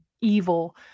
evil